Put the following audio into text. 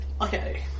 Okay